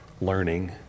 learning